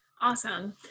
Awesome